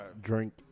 Drink